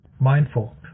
mindful